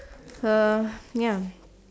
uh ya